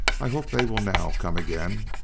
i hope they will now come again,